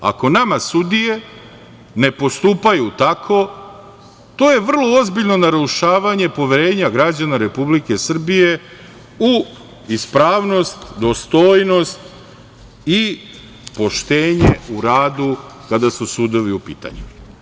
Ako nama sudije ne postupaju tako, to je vrlo ozbiljno narušavanje poverenja građana Republike Srbije u ispravnost, dostojnost i poštenje u radu kada su sudovi u pitanju.